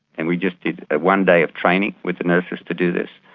and we just did a one day of training with the nurses to do this,